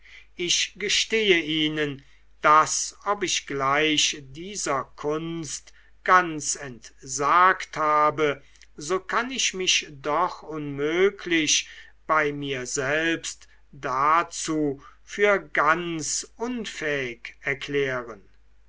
ich gestehe ihnen daß ob ich gleich dieser kunst ganz entsagt habe so kann ich mich doch unmöglich bei mir selbst dazu für ganz unfähig erklären